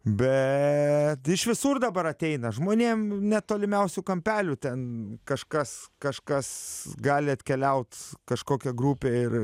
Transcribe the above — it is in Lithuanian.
bet iš visur dabar ateina žmonėm net tolimiausių kampelių ten kažkas kažkas gali atkeliaut kažkokia grupė ir